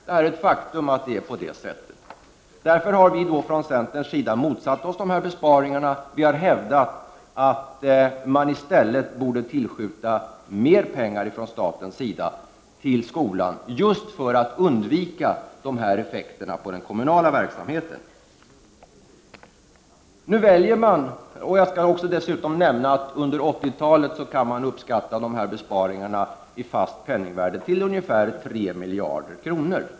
Det är faktiskt på det viset. Därför har vi i centern motsatt oss sådana här besparingar och hävdat att staten i stället borde tillskjuta mer pengar till skolan just för att undvika effekter på den kommunala verksamheten. Dessutom vill jag nämna att besparingarna under 80-talet i fast penningvärde kan uppskattas till ungefär 3 miljarder.